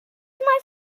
mae